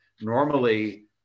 Normally